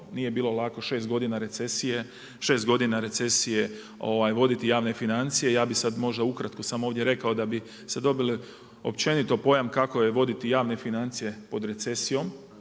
nije bilo lako šest godina recesije voditi javne financije i ja bi sada možda ukratko ovdje rekao da bi se dobilo općenito pojam kako je voditi javne financije pod recesijom,